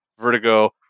Vertigo